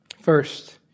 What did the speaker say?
First